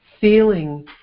feeling